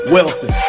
Wilson